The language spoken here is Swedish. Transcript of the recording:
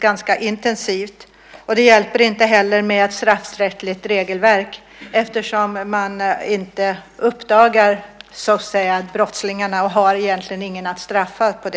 ganska intensivt, och det hjälper inte heller med ett straffrättsligt regelverk eftersom man inte uppdagar brottslingarna på det sättet, och då har man ingen att straffa.